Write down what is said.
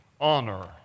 honor